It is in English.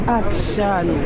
action